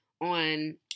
on